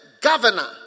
governor